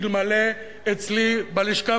אלמלא אצלי בלשכה,